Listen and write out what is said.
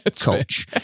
coach